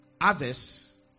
Others